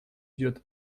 идет